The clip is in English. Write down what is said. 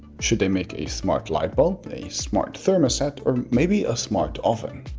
should they make a smart light bulb, a smart thermostat, or maybe a smart oven?